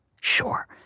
Sure